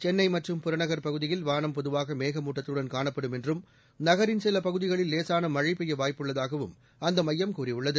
சென்னை மற்றம் புறநகர் பகுதியில் வாளம் பொதுவாக மேகமுட்டத்தடன் காணப்படும் என்றம் நகரின் சில பகுதிகளில் லேசான மழை பெய்ய வாய்ப்புள்ளதாகவும் அந்த மையம் கூறியுள்ளது